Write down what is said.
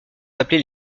appelés